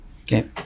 Okay